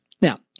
Now